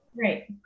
Right